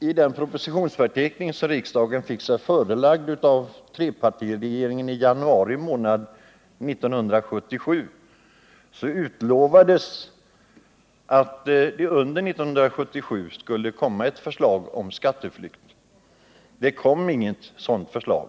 I den propositionsförteckning som riksdagen i januari månad 1977 fick sig förelagd av trepartiregeringen utlovades att det under 1977 skulle komma ett | förslag om en skatteflyktsklausul — men det kom inget sådant förslag.